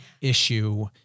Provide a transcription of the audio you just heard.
issue